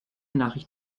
nachricht